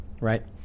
right